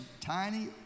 Tiny